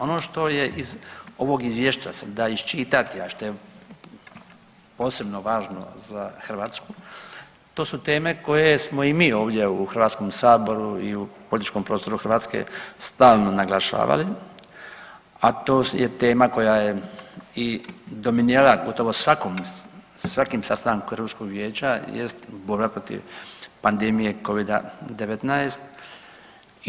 Ono što iz ovog izvješća se da iščitati, a što je posebno važno za Hrvatsku to su teme koje smo i mi ovdje u HS i u političkom prostoru Hrvatske stalno naglašavali, a to je tema koja je i dominirala gotovo svakim sastankom Europskog vijeća jest borba protiv pandemije Covid-19.